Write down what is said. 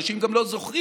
אנשים גם לא זוכרים.